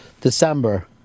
December